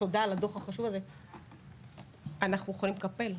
אנחנו יכולים לקפל,